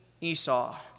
Esau